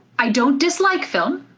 i don't dislike film,